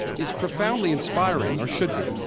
is profoundly inspiring or should be